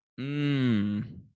Mmm